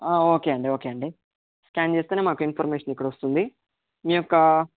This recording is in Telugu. ఆ ఓకే అండి ఓకే అండి స్కాన్ చేస్తే మాకు ఇన్ఫర్మేషన్ ఇక్కడ వస్తుంది మీ యొక్క